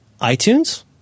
iTunes